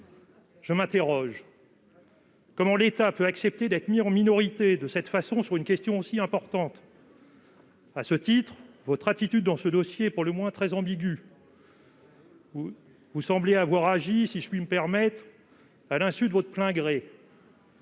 Je m'interroge : comment l'État peut-il accepter d'être mis en minorité de cette façon sur une question aussi importante ? De ce point de vue, votre attitude dans ce dossier est, pour le moins, très ambiguë : vous semblez avoir agi, si je puis me permettre, à l'insu de votre plein gré